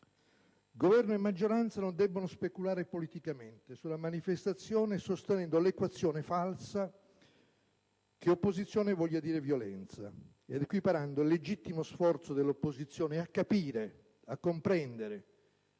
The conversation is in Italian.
Governo e maggioranza non debbono speculare politicamente sulla manifestazione sostenendo l'equazione, falsa, che opposizione voglia dire violenza, equiparando il legittimo sforzo dell'opposizione a comprendere